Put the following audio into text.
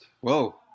Whoa